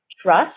Trust